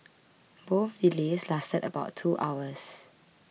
both delays lasted about two hours